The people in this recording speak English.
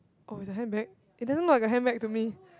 oh the handbag it doesn't look like a handbag to me